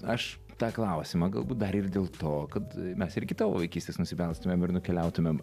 aš tą klausimą galbūt dar ir dėl to kad mes ir iki tavo vaikystės nusibelstumėm ir nukeliautumėm